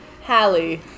Hallie